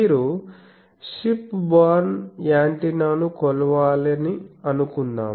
మీరు ship borne యాంటెన్నాను కొలవాలని అనుకుందాం